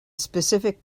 specific